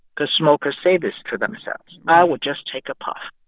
because smokers say this to themselves i will just take a puff.